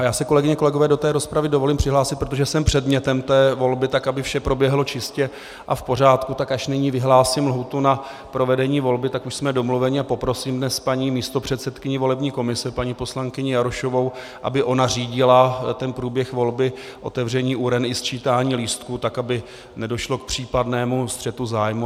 Já se, kolegyně, kolegové, do té rozpravy dovolím přihlásit, protože jsem předmětem volby, tak aby vše proběhlo čistě a v pořádku, tak až nyní vyhlásím lhůtu na provedení volby, tak už jsme domluveni, a poprosím dnes paní místopředsedkyni volební komise, paní poslankyni Jarošovou, aby ona řídila průběh volby, otevření uren i sčítání lístků, aby nedošlo k případnému střetu zájmů.